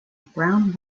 brown